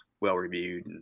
well-reviewed